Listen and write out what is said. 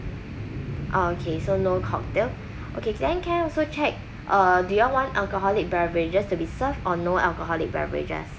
oh okay so no cocktail okay can I can I also check uh do you all want alcoholic beverages to be served or no alcoholic beverages